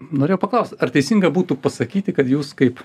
norėjau paklaust ar teisinga būtų pasakyti kad jūs kaip